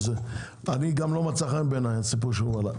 גם לא מצא חן בעיני הסיפור של וואלה.